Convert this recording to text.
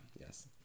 Yes